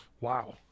Wow